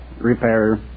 repair